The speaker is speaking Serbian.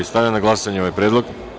Stavljam na glasanje ovaj predlog.